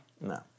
No